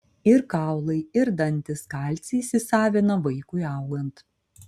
ir kaulai ir dantys kalcį įsisavina vaikui augant